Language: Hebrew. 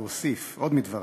והוסיף, עוד מדבריו: